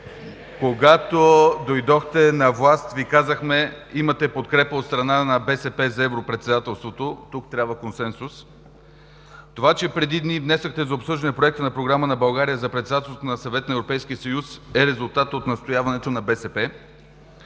Когато дойдохте на власт, Ви казахме: имате подкрепа от страна на БСП за Европредседателството, тук трябва консенсус. Това, че преди дни внесохте за обсъждане проекта на програма на България за председателството на Съвета на Европейския съюз, е резултат от настояването на БСП.